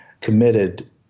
committed